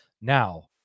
Now